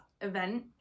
event